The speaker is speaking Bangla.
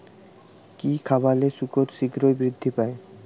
কি খাবালে শুকর শিঘ্রই বৃদ্ধি পায়?